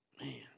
Man